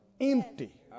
empty